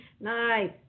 Nice